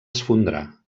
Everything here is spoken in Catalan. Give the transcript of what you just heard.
esfondrar